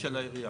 ושל העירייה.